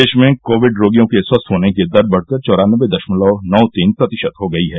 देश में कोविड रोगियों के स्वस्थ होने की दर बढ़कर चौरानबे दशमलव नौ तीन प्रतिशत हो गई है